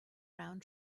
around